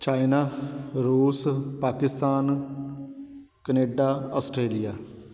China ਰੂਸ Pakistan Canada Australia